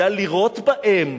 זה היה לירות בהם.